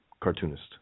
cartoonist